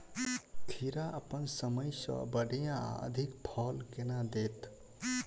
खीरा अप्पन समय सँ बढ़िया आ अधिक फल केना देत?